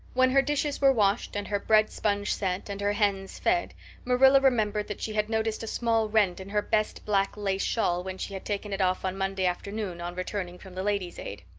when her dishes were washed and her bread sponge set and her hens fed marilla remembered that she had noticed a small rent in her best black lace shawl when she had taken it off on monday afternoon on returning from the ladies' aid.